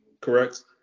Correct